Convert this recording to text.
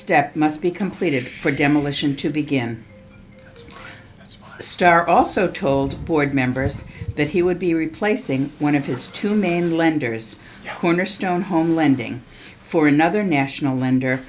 step must be completed for demolition to begin its star also told board members that he would be replacing one of his two main lenders cornerstone home lending for another national lender